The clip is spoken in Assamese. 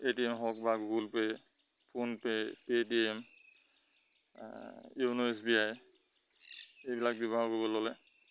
এ টিএম হওক বা Google Pay PhonePe' Paytm YONO S B I এইবিলাক ব্যৱহাৰ কৰিব ল'লে